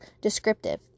descriptive